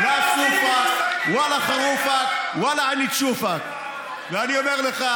(אומר בערבית: לא הצמר שלך,